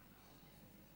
כן.